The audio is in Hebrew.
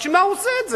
למה הוא עושה את זה?